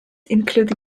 include